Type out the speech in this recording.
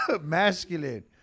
masculine